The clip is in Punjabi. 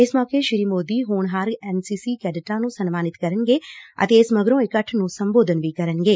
ਇਸ ਮੌਕੇ ਸ੍ਰੀ ਮੌਦੀ ਹੋਣਹਾਰ ਐਨ ਸੀ ਸੀ ਕੈਡਿਟਾਂ ਨ੍ਹੰ ਸਨਮਾਨਿਤ ਕਰਨਗੇ ਅਤੇ ਇਸ ਮਗਰੋ ਇਕੱਠ ਨੂੰ ਸੰਬੋਧਨ ਵੀ ਕਰਨਗੇ